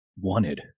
wanted